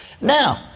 Now